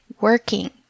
working